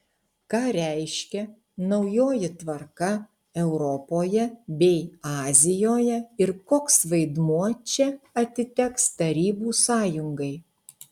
ką reiškia naujoji tvarka europoje bei azijoje ir koks vaidmuo čia atiteks tarybų sąjungai